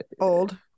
Old